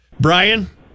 Brian